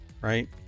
right